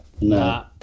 No